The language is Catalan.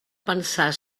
pensar